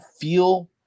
feel